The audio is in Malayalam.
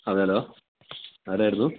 അതേലൊ ആരായിരുന്നു